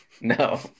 no